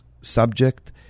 subject